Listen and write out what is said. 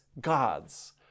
God's